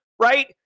right